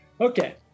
Okay